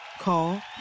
Call